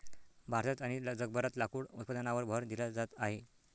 भारतात आणि जगभरात लाकूड उत्पादनावर भर दिला जात आहे